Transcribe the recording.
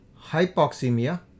hypoxemia